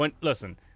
Listen